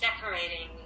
decorating